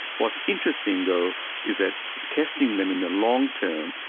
what's interesting though is that testing them in the long term,